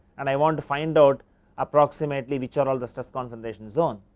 and i want to find out approximately which are all the stress concentration zone.